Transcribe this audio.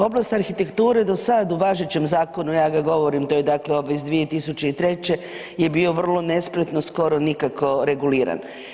Oblast arhitekture do sad u važećem zakonu, ja ga govorim, to je dakle 2003. je bio vrlo nespretno, skoro nikako reguliran.